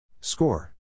Score